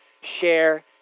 share